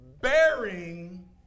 bearing